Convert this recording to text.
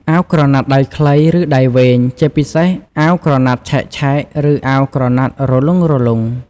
អាវក្រណាត់ដៃខ្លី ឬដៃវែង ជាពិសេសអាវក្រណាត់ឆែកៗ ឬអាវក្រណាត់រលុងៗ។